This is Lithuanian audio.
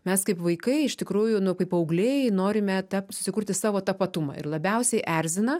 mes kaip vaikai iš tikrųjų nu kai paaugliai norime tapt susikurti savo tapatumą ir labiausiai erzina